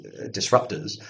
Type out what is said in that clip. disruptors